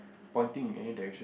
pointing in any direct